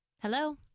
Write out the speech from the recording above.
Hello